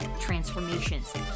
transformations